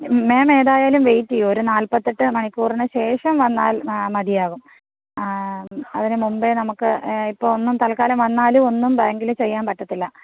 മാം ഏതായാലും വെയിറ്റ് ചെയ്യൂ ഒരു നാൽപ്പത്തെട്ട് മണിക്കൂറിന് ശേഷം വന്നാൽ മതിയാകും അതിനുമുമ്പേ നമുക്ക് ഇപ്പം ഒന്നും തൽക്കാലം വന്നാലും ഒന്നും ബാങ്കിൽ ചെയ്യാൻ പറ്റത്തില്ല